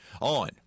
on